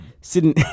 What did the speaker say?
Sitting